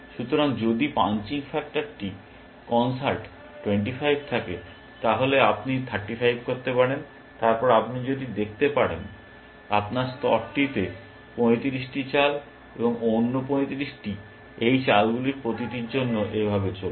সুতরাং যদি পাঞ্চিং ফ্যাক্টরটি কনসার্ট 25 থাকে তাহলে আপনি 35 করতে পারেন তারপর আপনি দেখতে পারেন উপরের স্তরটিতে 35টি চাল এবং অন্য 35টি এই চালগুলির প্রতিটির জন্য এবং এভাবে চলবে